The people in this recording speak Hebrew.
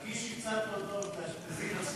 תרגישי קצת לא טוב ותאשפזי את עצמך,